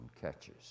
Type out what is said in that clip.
catches